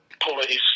police